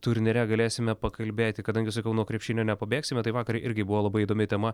turnyre galėsime pakalbėti kadangi sakau nuo krepšinio nepabėgsime tai vakar irgi buvo labai įdomi tema